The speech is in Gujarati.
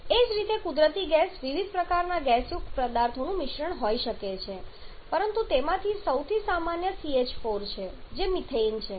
એ જ રીતે કુદરતી ગેસ વિવિધ પ્રકારના ગેસયુક્ત પદાર્થોનું મિશ્રણ હોઈ શકે છે પરંતુ તેમાંથી સૌથી સામાન્ય CH4 છે જે મિથેન છે